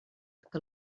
que